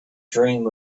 dream